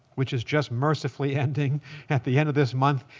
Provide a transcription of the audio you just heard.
which is just mercifully ending at the end of this month,